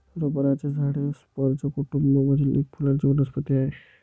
रबराचे झाड हे स्पर्ज कुटूंब मधील एक फुलांची वनस्पती आहे